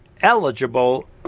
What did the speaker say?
eligible